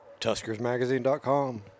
Tuskersmagazine.com